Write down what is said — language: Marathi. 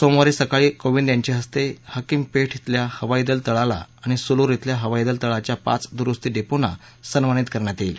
सोमवारी सकाळी कोविंद यांच्या हस्ते हकीमपेठ इथल्या हवाईदल तळाला आणि सुलूर इथल्या हवाईदल तळाच्या पाच दुरुस्ती डेपोंना सन्मानित करण्यात येईल